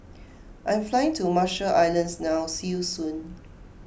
I am flying to Marshall Islands now see you soon